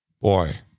boy